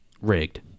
rigged